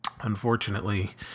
unfortunately